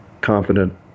confident